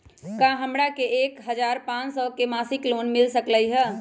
का हमरा के एक हजार पाँच सौ के मासिक लोन मिल सकलई ह?